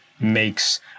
makes